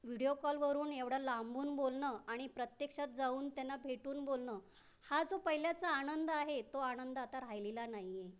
video कॉलवरून एवढं लांबून बोलणं आणि प्रत्यक्षात जाऊन त्यांना भेटून बोलणं हा जो पहिल्याचा आनंद आहे तो आनंद आता राहिलेला नाही आहे